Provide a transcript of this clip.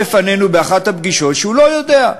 הוא הודה בפנינו באחת הפגישות שהוא לא יודע.